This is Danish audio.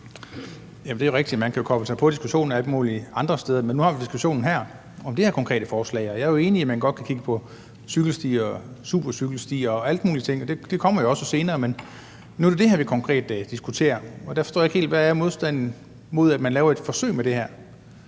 det er jo rigtigt, man kan koble sig på diskussionen alle mulige andre steder, men nu har vi diskussionen her om det her konkrete forslag. Og jeg er enig i, at man godt kan kigge på cykelstier, supercykelstier og alle mulige ting, og det kommer jo også senere, men nu er det det her, vi konkret diskuterer, og derfor forstår jeg ikke helt modstanden mod, at man laver et forsøg med det her.